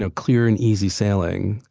so clear and easy sailing.